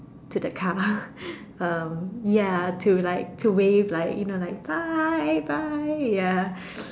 to the car um ya to like to wave like you know like bye bye ya